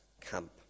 camp